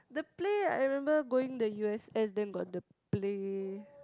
the Play I remember going the U_S_S then got the play